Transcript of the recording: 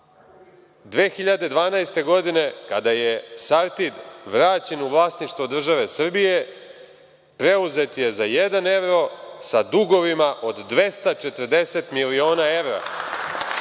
2012. godine, kada je „Sartid“ vraćen u vlasništvo države Srbije, preuzet je za jedan evro sa dugovima od 240 miliona evra,